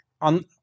on